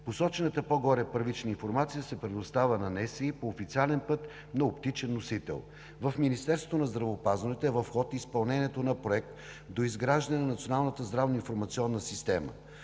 Посочената по-горе първична информация се предоставя на НСИ по официален път на оптичен носител. В Министерството на здравеопазването е в ход изпълнението на Проект „Доизграждане на Националната здравно-информационна система“.